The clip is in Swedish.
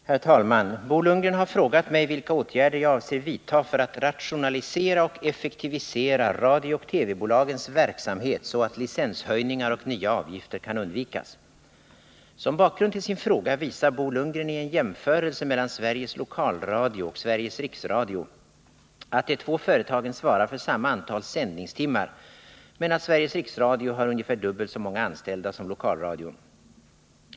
Herr talman! Bo Lundgren har frågat mig vilka åtgärder jag avser vidta för att rationalisera och effektivisera radiooch TV-bolagens verksamhet så att licenshöjningar och nya avgifter kan undvikas. Som bakgrund till sin fråga visar Bo Lundgren i en jämförelse mellan Sveriges Lokalradio AB och Sveriges Riksradio AB att de två företagen svarar för samma antal sändningstimmar men att Sveriges Riksradio har ungefär dubbelt så många anställda som lokalradion.